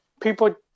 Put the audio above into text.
people